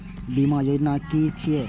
बीमा योजना कि छिऐ?